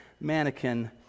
mannequin